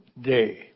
day